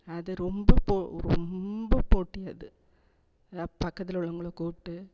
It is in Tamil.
அது ரொம்ப போ ரொம்ப போட்டி அது அதுதான் பக்கத்தில் உள்ளவங்களை கூப்பிட்டு